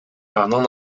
анын